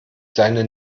seine